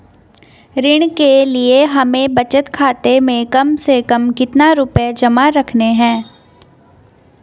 ऋण के लिए हमें बचत खाते में कम से कम कितना रुपये जमा रखने हैं?